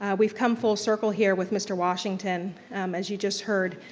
ah we've come full circle here with mr. washington as you just heard,